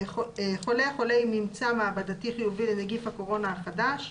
"חולה" חולה עם ממצא מעבדתי חיובי לנגיף הקורונה החדש,